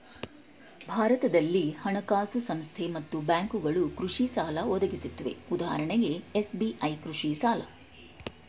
ಭಾರತದಲ್ಲಿ ಹಣಕಾಸು ಸಂಸ್ಥೆ ಮತ್ತು ಬ್ಯಾಂಕ್ಗಳು ಕೃಷಿಸಾಲ ಒದಗಿಸುತ್ವೆ ಉದಾಹರಣೆಗೆ ಎಸ್.ಬಿ.ಐ ಕೃಷಿಸಾಲ